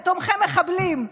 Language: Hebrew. על תומכי מחבלים?